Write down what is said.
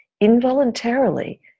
involuntarily